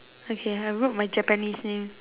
okay I wrote my japanese name